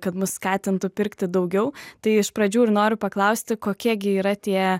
kad mus skatintų pirkti daugiau tai iš pradžių ir noriu paklausti kokie gi yra tie